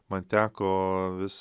man teko vis